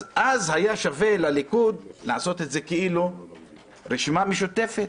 אז היה שווה לליכוד לעשות את זה כאילו רשימה משותפת,